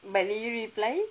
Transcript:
but did you reply